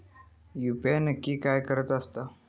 UPI नक्की काय आसता?